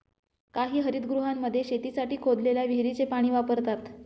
काही हरितगृहांमध्ये शेतीसाठी खोदलेल्या विहिरीचे पाणी वापरतात